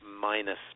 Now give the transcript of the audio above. minus